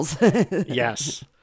yes